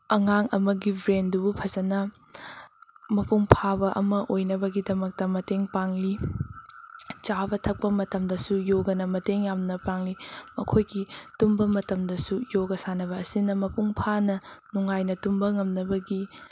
ꯑꯉꯥꯡ ꯑꯃꯒꯤ ꯕꯔꯦꯟꯗꯨꯕꯨ ꯐꯖꯟꯅ ꯃꯄꯨꯡ ꯐꯥꯕ ꯑꯃ ꯑꯣꯏꯅꯕꯒꯤꯗꯃꯛꯇ ꯃꯇꯦꯡ ꯄꯥꯡꯂꯤ ꯆꯥꯕ ꯊꯛꯄ ꯃꯇꯝꯗꯁꯨ ꯌꯣꯒꯅ ꯃꯇꯦꯡ ꯌꯥꯝꯅ ꯄꯥꯡꯂꯤ ꯃꯈꯣꯏꯒꯤ ꯇꯨꯝꯕ ꯃꯇꯝꯗꯁꯨ ꯌꯣꯒ ꯁꯥꯟꯅꯕ ꯑꯁꯤꯅ ꯃꯄꯨꯡ ꯐꯥꯅ ꯅꯨꯡꯉꯥꯏꯅ ꯇꯨꯝꯕ ꯉꯝꯅꯕꯒꯤ